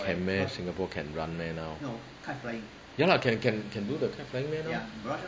can meh singapore can run meh now ya lah can can do the kite flying meh now